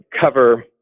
cover